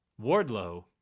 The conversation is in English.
Wardlow